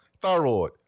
thyroid